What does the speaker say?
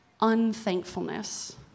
unthankfulness